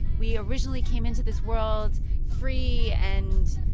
we originally came into this world free and,